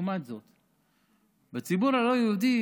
בציבור הלא-יהודי